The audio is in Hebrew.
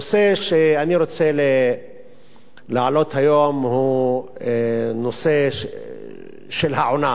הנושא שאני רוצה להעלות היום הוא נושא של העונה.